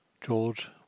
George